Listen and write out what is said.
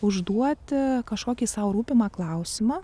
užduoti kažkokį sau rūpimą klausimą